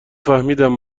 فهمیدم